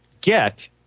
get